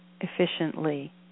efficiently